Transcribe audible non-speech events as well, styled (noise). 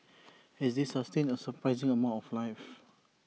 (noise) is IT sustain A surprising amount of life